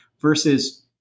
versus